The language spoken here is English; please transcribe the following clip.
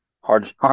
hard